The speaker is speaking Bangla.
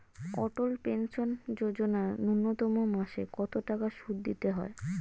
অটল পেনশন যোজনা ন্যূনতম মাসে কত টাকা সুধ দিতে হয়?